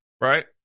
right